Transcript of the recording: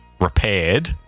repaired